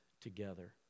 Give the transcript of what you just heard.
together